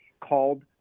called